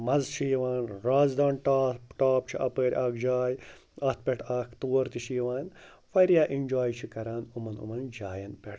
مَزٕ چھِ یِوان رازدان ٹاپ ٹاپ چھُ اَپٲرۍ اَکھ جاے اَتھ پٮ۪ٹھ اَکھ تور تہِ چھِ یِوان واریاہ اٮ۪نجاے چھِ کَران یِمَن یِمَن جایَن پٮ۪ٹھ